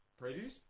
Previews